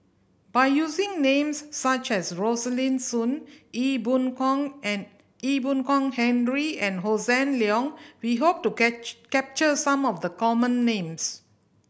by using names such as Rosaline Soon Ee Boon Kong and Ee Boon Kong Henry and Hossan Leong we hope to capture some of the common names